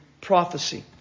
prophecy